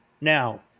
Now